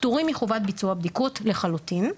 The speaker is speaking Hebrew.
פתורים מחובת ביצוע בדיקות לחלוטין.